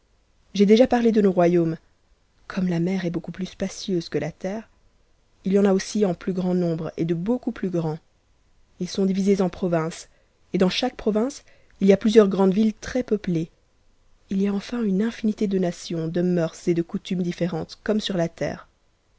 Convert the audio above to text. j'ai déjà parlé de nos t'oyamne comme la mer est beaucoup plus spacieuse que la terre il y en en plus grand nombre et de beaucoup plus grands ils sont divisés o provinces et dans chaque province il y a plusieurs grandes villes tres ncn p ées il y a enfin une innnité de nations de mœurs et de coutumes différentes comme sur la terre